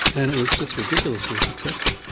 and it was just ridiculously successful.